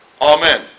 Amen